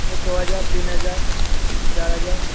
वह दो हज़ार तीन हज़ार चार हज़ार